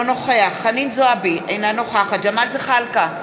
אינו נוכח חנין זועבי, אינה נוכחת ג'מאל זחאלקה,